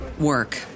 work